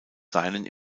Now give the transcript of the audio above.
seinen